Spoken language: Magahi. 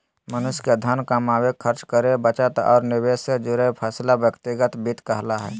मनुष्य के धन कमावे, खर्च करे, बचत और निवेश से जुड़ल फैसला व्यक्तिगत वित्त कहला हय